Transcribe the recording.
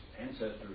ancestors